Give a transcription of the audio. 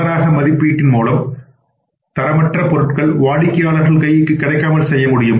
தொடராக மதிப்பீட்டின் மூலம் தரம் அற்ற பொருள் வாடிக்கையாளர் கைக்கு கிடைக்காமல் செய்ய முடிகிறது